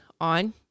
on